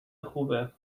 خوبه